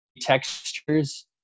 textures